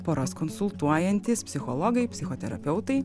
poras konsultuojantys psichologai psichoterapeutai